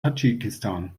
tadschikistan